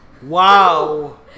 Wow